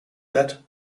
that